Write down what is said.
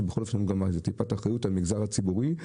כי בכל אופן יש איזושהי טיפת אחריות על המגזר הציבורי.